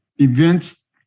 events